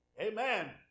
Amen